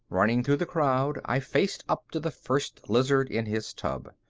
running through the crowd, i faced up to the first lizard in his tub.